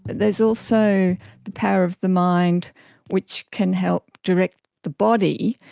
but there is also the power of the mind which can help direct the body,